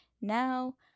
Now